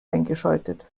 eingeschaltet